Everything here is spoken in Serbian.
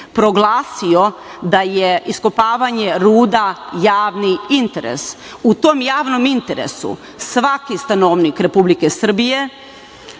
proglasio da je iskopavanje ruda javni interes. U tom javnom interesu svaki stanovnik Republike Srbije